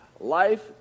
Life